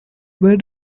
where